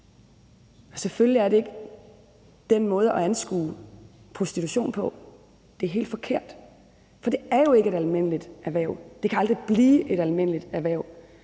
Selvfølgelig er det ikke den måde, man skal anskue prostitution på. Det er helt forkert. For det er jo ikke et almindeligt erhverv, og det kan aldrig blive et almindeligt erhverv.